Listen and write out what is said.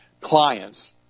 clients